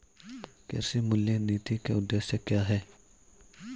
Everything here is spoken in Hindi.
कृषि मूल्य नीति के उद्देश्य क्या है?